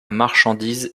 marchandises